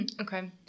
Okay